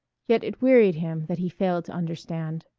yet it wearied him that he failed to understand.